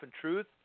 truth